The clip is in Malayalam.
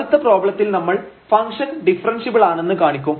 അടുത്ത പ്രശ്നത്തിൽ നമ്മൾ ഫംഗ്ഷൻ ഡിഫറെൻഷ്യബിൾ ആണെന്ന് കാണിക്കും